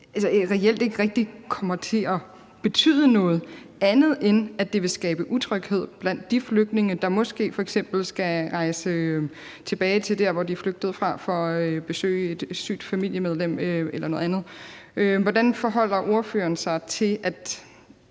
reelt ikke rigtig kommer til at betyde noget, andet end at det vil skabe utryghed blandt de flygtninge, der måske f.eks. skal rejse tilbage til der, hvor de flygtede fra, for at besøge et sygt familiemedlem eller noget andet. Hvordan forholder ordføreren sig til, at